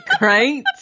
right